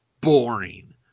boring